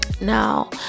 now